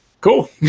cool